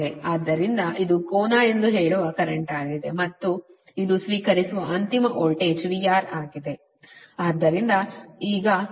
ಆದ್ದರಿಂದ ಇದು ಕೋನ ಎಂದು ಹೇಳುವ ಕರೆಂಟ್ ಆಗಿದೆ ಮತ್ತು ಇದು ಸ್ವೀಕರಿಸುವ ಅಂತಿಮ ವೋಲ್ಟೇಜ್ VR ಆಗಿದೆ